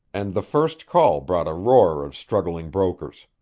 and the first call brought a roar of struggling brokers.